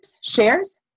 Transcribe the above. shares